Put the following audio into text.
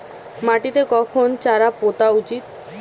মাটিতে কখন চারা পোতা উচিৎ?